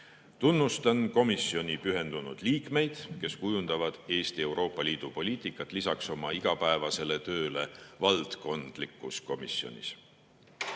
Tunnustan komisjoni pühendunud liikmeid, kes kujundavad Eesti Euroopa Liidu poliitikat lisaks oma igapäevasele tööle valdkondlikus komisjonis. Selle